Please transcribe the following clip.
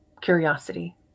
curiosity